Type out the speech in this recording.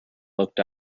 looked